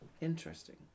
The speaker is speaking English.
Interesting